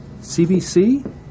CBC